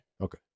Okay